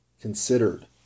considered